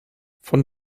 von